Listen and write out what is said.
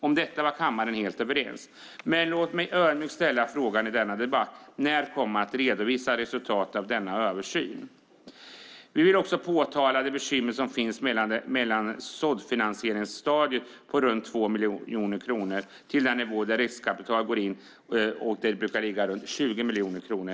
Om detta var kammaren helt överens. Men låt mig ödmjukt ställa frågan i denna debatt: När kommer man att redovisa resultatet av denna översyn? Vi vill också påtala det bekymmer som finns mellan såddfinansieringsstadiet på runt 2 miljoner kronor och den nivå där riskkapital går in. Den brukar ligga på runt 20 miljoner kronor.